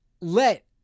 let